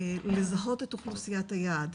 לזהות את אוכלוסיית היעד,